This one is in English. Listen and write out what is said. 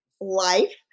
life